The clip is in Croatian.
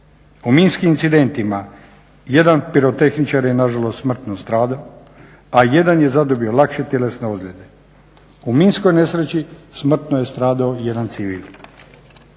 U minskim incidentima jedan pirotehničar je na žalost smrtno stradao, a jedan je zadobio lakše tjelesne ozljede. U minskoj nesreći smrtno je stradao i jedan civil.